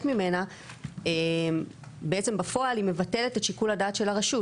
ממנה בעצם בפועל היא מבטלת את שיקול הדעת של הרשות.